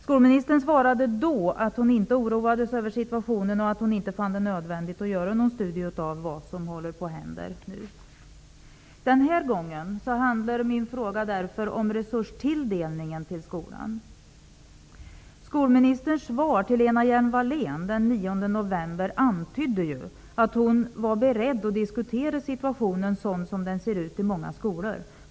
Skolministern svarade då att hon inte oroade sig över situationen och att hon inte fann det nödvändigt att göra någon studie av vad som håller på att hända nu. Den här gången handlar min fråga därför om resurstilldelningen till skolan. november antydde ju att hon var beredd att diskutera situationen som den ser ut i många skolor.